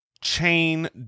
chain